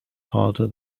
harder